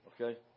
okay